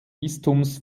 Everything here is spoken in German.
bistums